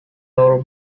laurel